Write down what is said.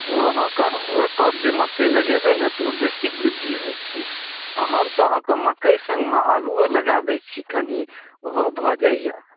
ओ अहाँके ओइपर जे मकइ लगेबय ने तऽ ओ बेसी वृद्धि होइ छै आओर हम तऽ अहाँके मकइ सङ्गमे आलुओ लगा दै छियै कनि ओहो भऽ जाइए